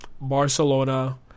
Barcelona